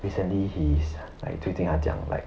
recently he's like 最近他讲 like